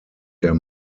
der